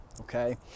okay